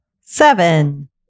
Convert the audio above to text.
Seven